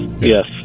yes